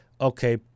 okay